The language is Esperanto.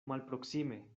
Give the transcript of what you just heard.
malproksime